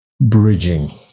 bridging